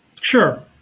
Sure